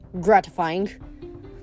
gratifying